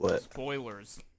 Spoilers